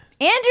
Andrew